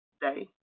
day